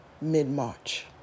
Mid-March